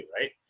right